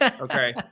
Okay